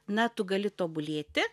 na tu gali tobulėti